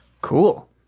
Cool